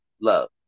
love